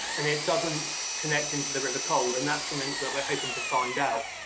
and it doesn't connect into the river cole. and that's something that we're hoping to find out.